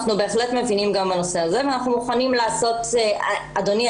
אנחנו בהחלט מבינים גם בנושא הזה ואנחנו מוכנים לעשות אדוני,